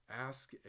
Ask